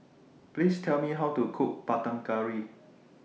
Please Tell Me How to Cook Panang Curry